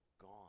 gone